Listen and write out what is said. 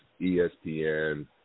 ESPN